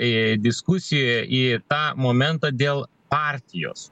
į diskusiją į tą momentą dėl partijos